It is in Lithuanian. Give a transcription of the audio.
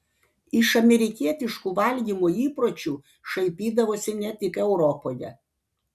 iš amerikietiškų valgymo įpročių šaipydavosi ne tik europoje